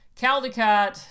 Caldecott